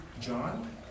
John